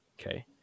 okay